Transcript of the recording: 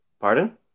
Pardon